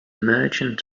merchant